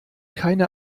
keine